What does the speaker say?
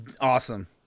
awesome